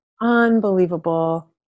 Unbelievable